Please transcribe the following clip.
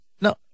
No